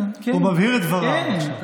הוא מבהיר את דבריו עכשיו.